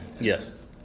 Yes